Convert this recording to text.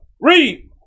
Read